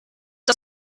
das